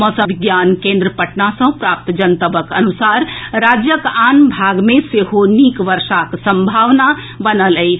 मौसम विज्ञान केन्द्र पटना सँ प्राप्त जनतबक अनुसार राज्यक आन भाग मे सेहो नीक वर्षाक संभावना बनल अछि